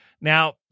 Now